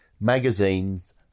magazines